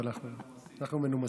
אבל אנחנו מנומסים.